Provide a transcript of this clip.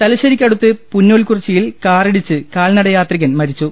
തലശ്ശേരിക്കടുത്ത് പുന്നോൽ കുറിച്ചിയിൽ കാറിടിച്ച് കാൽ നടയാത്രികൻ മരിച്ചു